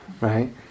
right